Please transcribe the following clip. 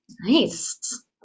Nice